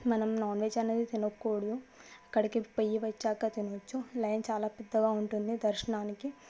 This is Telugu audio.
మనం నాన్ వెజ్ అనేది తినకూడదు అక్కడికి పోయి వచ్చాక తినచ్చు లైన్ చాలా పెద్దగా ఉంటుంది దర్శనానికి